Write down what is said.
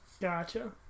gotcha